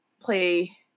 play